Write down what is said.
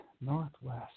Northwest